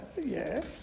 yes